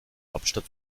hauptstadt